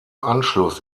anschluss